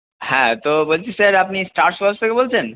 হ্যাঁ তো বলছি স্যার আপনি স্টার শ্যু হাউস থেকে বলছেন